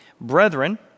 Brethren